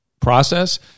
process